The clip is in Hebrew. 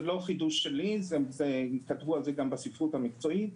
זה לא חידוש שלי, כתבו על זה גם בספרות המקצועית.